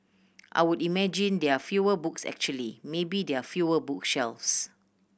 I would imagine there fewer books actually maybe there fewer book shelves